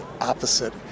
opposite